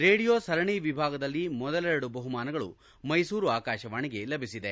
radio ಸರಣಿ ವಿಭಾಗದಲ್ಲಿ ಮೊದಲೆರಡು ಬಹುಮಾನಗಳು ಮೈಸೂರು ಆಕಾಶವಾಣಿಗೆ ಲಭಿಸಿದೆ